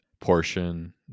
portion